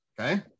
Okay